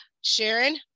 Sharon